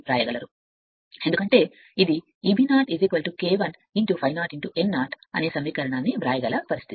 ఎందుకంటే ఇది Eb 0 K ∅ 0 n 0 అనే ఒక సమీకరణాన్ని వ్రాయగల పరిస్థితి